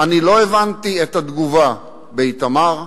אני לא הבנתי את התגובה באיתמר,